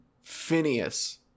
Phineas